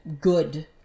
good